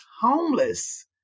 homeless